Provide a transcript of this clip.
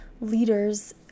leaders